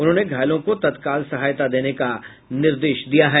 उन्होंने घायलों को तत्काल सहायता देने का भी निर्देश दिया है